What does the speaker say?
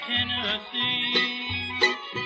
Tennessee